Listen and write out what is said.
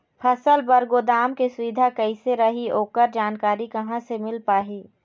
फसल बर गोदाम के सुविधा कैसे रही ओकर जानकारी कहा से मिल पाही?